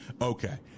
Okay